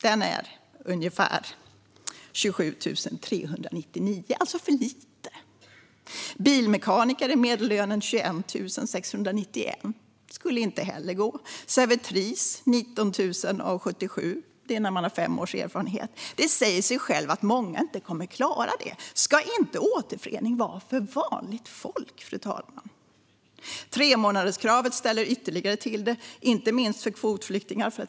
Den är ungefär 27 399 kronor, alltså för lite. För bilmekaniker är medellönen 21 691 kronor. Det skulle inte heller gå. För servitris med fem års erfarenhet är den 19 077 kronor. Det säger sig självt att många inte kommer att klara det. Ska inte återförening vara för vanligt folk, fru talman? Tremånaderskravet ställer ytterligare till det, inte minst för kvotflyktingar.